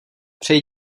přeji